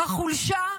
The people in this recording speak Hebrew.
החולשה?